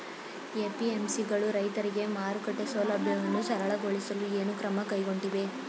APMC ಗಳು ರೈತರಿಗೆ ಮಾರುಕಟ್ಟೆ ಸೌಲಭ್ಯವನ್ನು ಸರಳಗೊಳಿಸಲು ಏನು ಕ್ರಮ ಕೈಗೊಂಡಿವೆ?